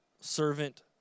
servant